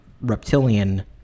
reptilian